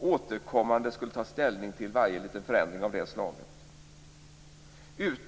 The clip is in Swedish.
återkommande skulle ta ställning till varje liten förändring av det slaget.